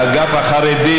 באגף החרדי,